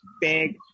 big